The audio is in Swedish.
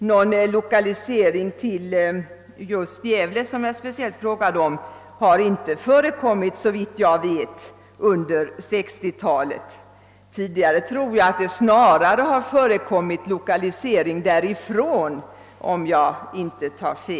Någon lokalisering till just Gävle, som jag speciellt frågade om, har inte förekom .mit under 1960-talet. Tidigare har det snarare förekommit lokalisering därifrån, om jag inte tar fel.